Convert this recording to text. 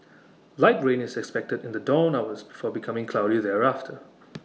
light rain is expected in the dawn hours before becoming cloudy thereafter